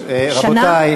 רבותי,